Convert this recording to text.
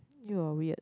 you're weird